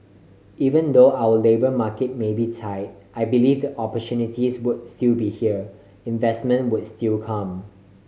even though our labour market may be tight I believe the opportunities would still be here investment would still come